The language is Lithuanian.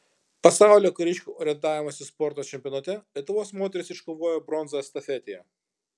pasaulio kariškių orientavimosi sporto čempionate lietuvos moterys iškovojo bronzą estafetėje